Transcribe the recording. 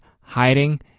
hiding